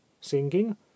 singing